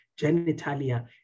genitalia